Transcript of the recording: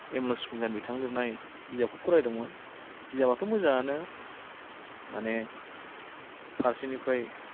M Laxmikanth बिथां लिरनाय बिजाबखौ फरायदोंमोन बिजाबआथ' मोजांआनो माने फारसेनिफ्राय